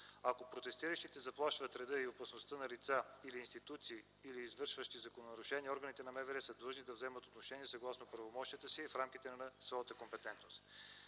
Ако протестиращите заплашват реда и безопасността на лица или институции, извършващи закононарушение, органите на МВР са длъжни да вземат отношение, съгласно правомощията си и в рамките на своята компетентност.